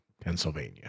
Pennsylvania